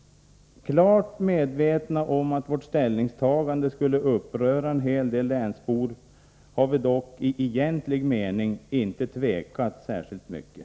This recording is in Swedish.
Fullt medvetna om att vårt ställningstagande skulle komma att uppröra en hel del länsbor har vi dock i egentlig mening inte tvekat särskilt mycket.